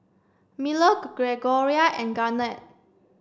Miller Gregorio and Garnett